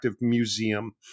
museum